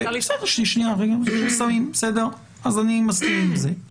אז אני מסכים עם זה.